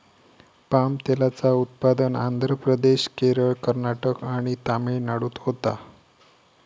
palm तेलाचा उत्पादन आंध्र प्रदेश, केरळ, कर्नाटक आणि तमिळनाडूत होता